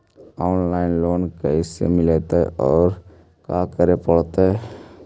Online loan कैसे मिलतै औ का करे पड़तै?